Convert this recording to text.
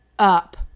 Up